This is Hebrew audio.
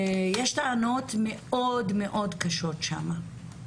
יש טענות מאוד מאוד קשות שם,